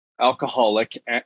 alcoholic